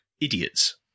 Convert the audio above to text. idiots